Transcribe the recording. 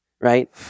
right